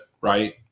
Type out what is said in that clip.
Right